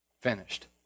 finished